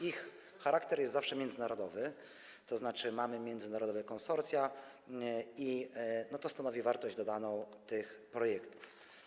Ich charakter jest zawsze międzynarodowy, tzn. mamy międzynarodowe konsorcja, i to stanowi wartość dodaną tych projektów.